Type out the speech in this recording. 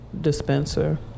dispenser